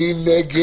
8. 8. מי נגד?